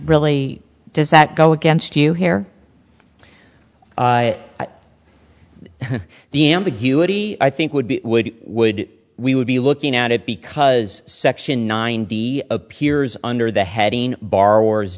really does that go against you here the ambiguity i think would be would would we would be looking at it because section nine d appears under the heading b